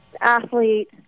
athlete